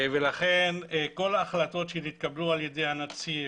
לכן כל ההחלטות שהתקבלו על ידי הנציב